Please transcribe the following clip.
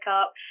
up